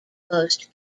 most